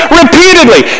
repeatedly